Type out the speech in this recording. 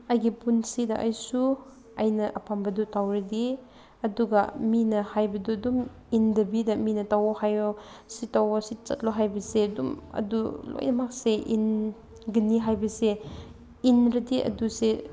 ꯑꯩꯒꯤ ꯄꯨꯟꯁꯤꯗ ꯑꯩꯁꯨ ꯑꯩꯅ ꯑꯄꯥꯝꯕꯗꯨ ꯇꯧꯔꯗꯤ ꯑꯗꯨꯒ ꯃꯤꯅ ꯍꯥꯏꯕꯗꯨ ꯑꯗꯨꯝ ꯏꯟꯗꯕꯤꯗ ꯃꯤꯅ ꯇꯧꯑꯣ ꯍꯥꯏꯌꯣ ꯁꯤ ꯇꯧꯑꯣ ꯁꯤ ꯆꯠꯂꯣ ꯍꯥꯏꯕꯁꯦ ꯑꯗꯨꯝ ꯑꯗꯨ ꯂꯣꯏꯅꯃꯛꯁꯦ ꯏꯟꯒꯅꯤ ꯍꯥꯏꯕꯁꯦ ꯏꯟꯗ꯭ꯔꯗꯤ ꯑꯗꯨꯁꯦ